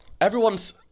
everyone's